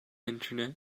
internet